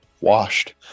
washed